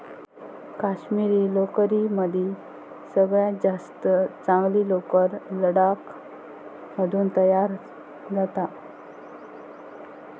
काश्मिरी लोकरीमदी सगळ्यात जास्त चांगली लोकर लडाख मधून तयार जाता